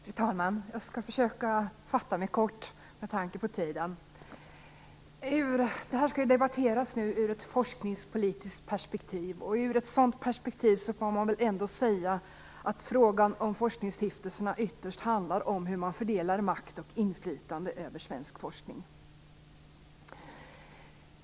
Fru talman! Jag skall försöka att fatta mig kort med tanke på tiden. Denna fråga skall ju debatteras utifrån ett forskningspolitiskt perspektiv. Utifrån ett sådant perspektiv får man väl ändå säga att frågan om forskningsstiftelserna ytterst handlar om hur man fördelar makt och inflytande över svensk forskning.